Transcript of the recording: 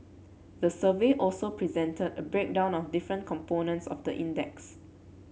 the survey also presented a breakdown of different components of the index